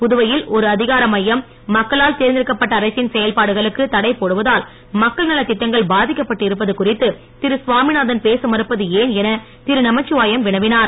புதுவையில் ஒரு அதிகார மையம் மக்களால் தேர்ந்தெடுக்கப்பட்ட அரசின் செயல்பாடுகளுக்கு தடை போடுவதால் மக்கள் நலத் தட்டங்கள் பாதிக்கப்பட்டு இருப்பது குறித்து திரு சுவாமிநாதன் பேச மறுப்பது ஏன் என இரு நமச்சிவாயம் வினவினார்